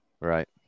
Right